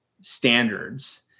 standards